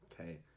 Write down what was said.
Okay